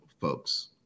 folks